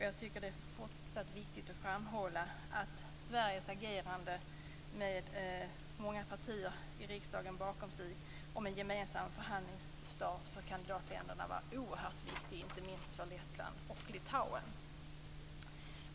Jag tycker att det är fortsatt viktigt att framhålla att Sveriges agerande med många partier i riksdagen bakom en gemensam förhandlingsstart för kandidatländerna var oerhört viktigt, inte minst för Lettland och Litauen.